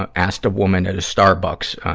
ah asked a woman at a starbucks, ah,